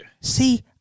see